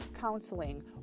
counseling